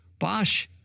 Bosch